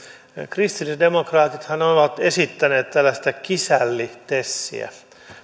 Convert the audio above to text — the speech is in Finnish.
kristillisdemokraatithan ovat esittäneet tällaista kisälli tesiä ja